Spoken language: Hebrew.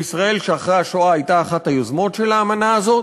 וישראל שאחרי השואה הייתה אחת היוזמות של האמנה הזאת.